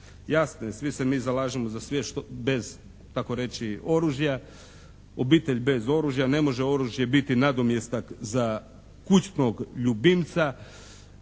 Svi se mi zalažemo za svijet bez tako reći oružja, obitelj bez oružja. Ne može oružje biti nadomjestak za kućnog ljubimca.